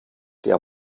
der